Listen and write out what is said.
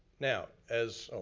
now, as, oh,